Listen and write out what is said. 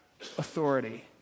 authority